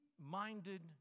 minded